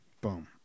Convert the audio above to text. Boom